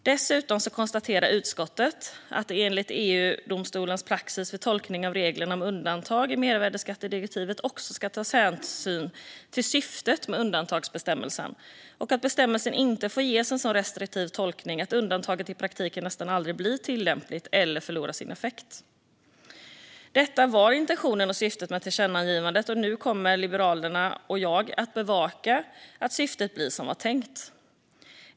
Dessutom konstaterar utskottet att det enligt EU-domstolens praxis vid tolkning av reglerna om undantag i mervärdesskattedirektivet också ska tas hänsyn till syftet med undantagsbestämmelsen och att bestämmelsen inte får ges en så restriktiv tolkning att undantaget i praktiken nästan aldrig blir tillämpligt eller förlorar sin effekt. Detta var intentionen och syftet med tillkännagivandet, och nu kommer Liberalerna och jag att bevaka att syftet blir som det var tänkt.